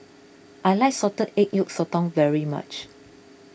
I like Salted Egg Yolk Sotong very much